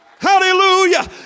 Hallelujah